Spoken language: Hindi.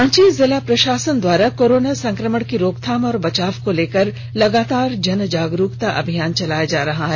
रांची जिला प्रशासन द्वारा कोरोना संक्रमण की रोकथाम और बचाव को लेकर लगातार जन जागरुकता अभियान चलाया जा रहा है